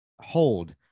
hold